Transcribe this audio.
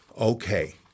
Okay